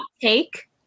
take